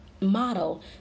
Model